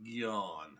gone